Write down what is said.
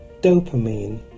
dopamine